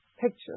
picture